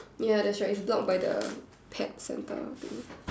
ya that's right it's blocked by the pet centre thing